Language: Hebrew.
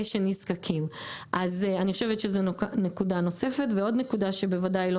שנזקקים אז אני חושבת שזה נקודה נוספת ועוד נקודה שבוודאי לא